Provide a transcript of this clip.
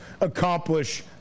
accomplish